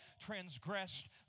transgressed